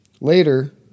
Later